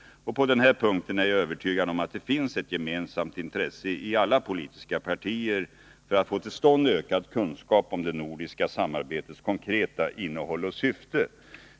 På den här punkten är jag övertygad om att det finns ett gemensamt intresse i alla politiska partier för att få till stånd ökad kunskap om det nordiska samarbetets konkreta innehåll och syfte.